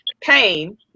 Pain